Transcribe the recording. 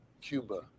Cuba